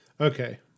okay